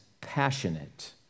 passionate